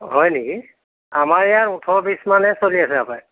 হয় নেকি আমাৰ ইয়াত ওঠৰ বিছমানে চলি আছে হপায়